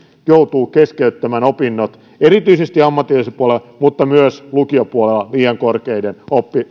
joutuu keskeyttämään opinnot erityisesti ammatillisella puolella mutta myös lukiopuolella liian korkeiden